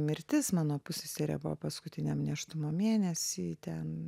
mirtis mano pusseserė buvo paskutiniam nėštumo mėnesy ten